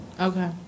Okay